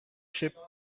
ship